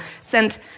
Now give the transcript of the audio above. sent